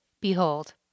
Behold